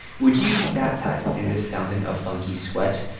would you be baptized in this fountain of funky sweat?